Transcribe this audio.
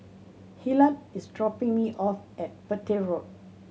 Hillard is dropping me off at Petir Road